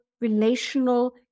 relational